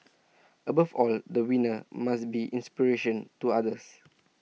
above all the winner must be inspiration to others